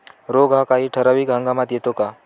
रोग हा काही ठराविक हंगामात येतो का?